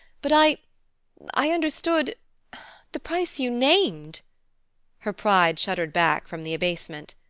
but i i understood the price you named her pride shuddered back from the abasement.